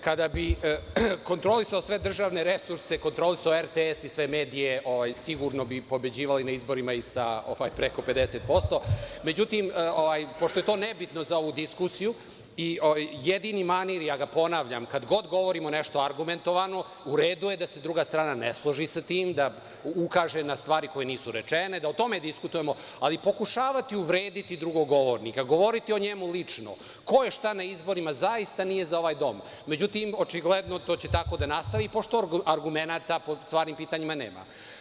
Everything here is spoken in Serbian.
Kad bi kontrolisao sve državne resurse, kontrolisao RTS i sve medije, sigurno bi i pobeđivao na izborima i sa preko 50%, međutim, pošto je to nebitno za ovu diskusiju, jedini manir, ja ga ponavljam kad god govorim o nečemu argumentovanom, u redu je da se druga strane ne složi sa tim, da ukaže na stvari koje nisu rečene, da o tome diskutujemo, ali pokušavati uvrediti drugog govornika, govoriti o njemu lično, ko je šta na izborima, zaista nije za ovaj Dom, međutim, očigledno to će tako da nastavi, pošto argumenata po stvarnim pitanjima nema.